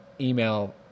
email